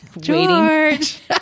george